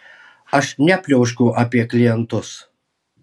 aš nepliauškiau apie klientus